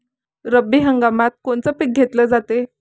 रब्बी हंगामात कोनचं पिक घेतलं जाते?